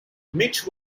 mitch